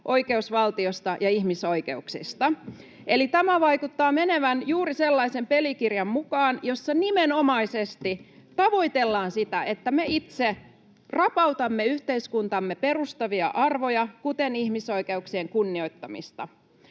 oikeusvaltiosta ja ihmisoikeuksista. Eli tämä vaikuttaa menevän juuri sellaisen pelikirjan mukaan, jossa nimenomaisesti tavoitellaan sitä, että me itse rapautamme yhteiskuntamme perustavia arvoja, kuten ihmisoikeuksien kunnioittamista.